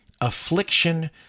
affliction